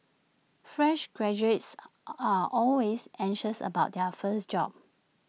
fresh graduates are always anxious about their first job